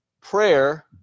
prayer